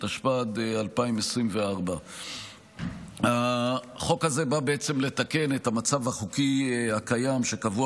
התשפ"ד 2024. החוק הזה בא בעצם לתקן את המצב החוקי הקיים שקבוע